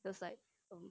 that's like um